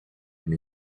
and